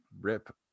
rip